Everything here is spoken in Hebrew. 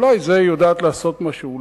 אולי בזה היא יודעת לעשות משהו.